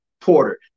Porter